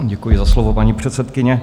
Děkuji za slovo, paní předsedkyně.